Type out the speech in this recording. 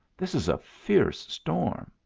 this is a fierce storm.